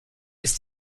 ist